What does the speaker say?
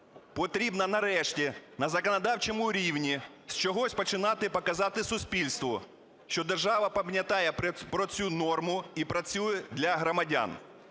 Потрібно нарешті на законодавчому рівні з чогось починати і показати суспільству, що держава пам'ятає про цю норму і працює для громадян.